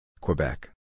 Quebec